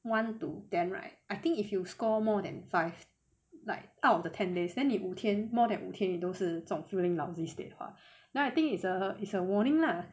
one to ten right I think if you score more than five like out of the ten days then 你五天 more than 五天你都是总 cooling lousy state 话 now I think is a is a warning lah